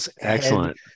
Excellent